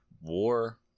war